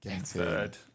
Third